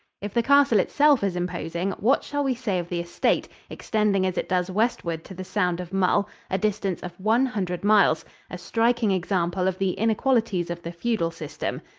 if the castle itself is imposing, what shall we say of the estate, extending as it does westward to the sound of mull a distance of one hundred miles a striking example of the inequalities of the feudal system.